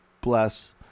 bless